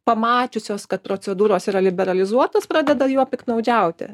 pamačiusios kad procedūros yra liberalizuotos pradeda juo piktnaudžiauti